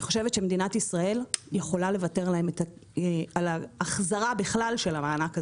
אני חושבת שמדינת ישראל יכולה לוותר להם על ההחזרה בכלל של המענק הזה.